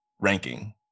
ranking